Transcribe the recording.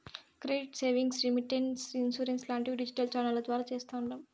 credit savings, remittance, insurance లాంటివి digital ఛానెల్ల ద్వారా చేస్తాండాము